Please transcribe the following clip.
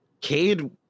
Cade